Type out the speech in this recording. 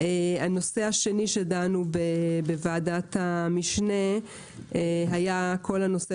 הנושא השני שדנו בוועדת המשנה היה הנושא